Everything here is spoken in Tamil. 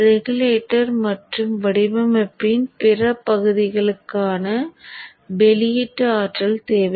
ரெகுலேட்டர் மற்றும் வடிவமைப்பின் பிற பகுதிகளுக்கான வெளியீட்டு ஆற்றல் தேவை